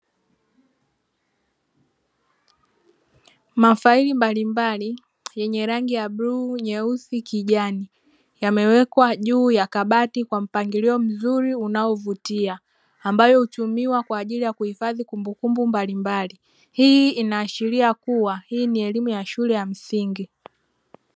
Mafaili mbalimbali yenye rangi ya bluu, nyeusi, kijani; yamewekwa juu ya kabati kwa mpangilio mzuri unaovutia, ambayo hutumiwa kwa ajili ya kuhifadhi kumbukumbu mbalimbali. Hii inaashiria kuwa hii ni elimu ya shule ya msingi.